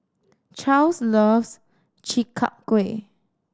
Charls loves Chi Kak Kuih